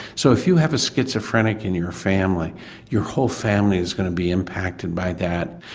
so if you have a schizophrenic in your family your whole family is going to be impacted by that.